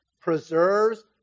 preserves